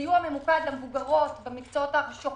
סיוע ממוקד למבוגרות במקצועות השוחקים,